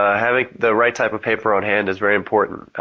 ah having the right type of paper on hand is very important.